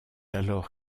alors